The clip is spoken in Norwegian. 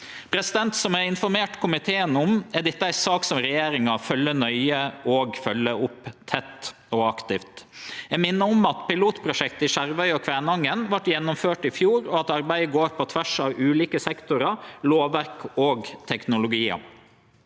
konfliktar. Som eg har informert komiteen om, er dette ei sak som regjeringa følgjer nøye og følgjer opp tett og aktivt. Eg minner om at pilotprosjektet i Skjervøy og Kvænangen vart gjennomført i fjor, og at arbeidet går på tvers av ulike sektorar, lovverk og teknologiar.